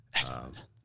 Excellent